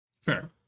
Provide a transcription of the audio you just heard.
fair